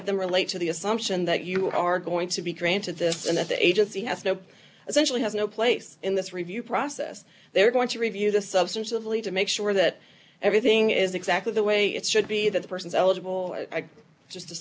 of them relate to the assumption that you are going to be granted this and that the agency has no essentially has no place in this review process they're going to review the substantively to make sure that everything is exactly the way it should be that the person eligible just to